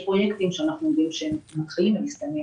פרויקטים שאנחנו יודעים שמתחילים ומסתיימים